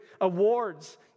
Awards